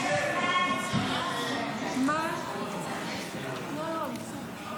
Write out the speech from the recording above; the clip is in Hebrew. גם הסתייגות זו לא